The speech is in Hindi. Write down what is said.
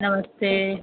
नमस्ते